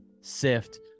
SIFT